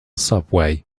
subway